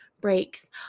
breaks